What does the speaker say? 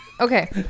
Okay